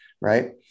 right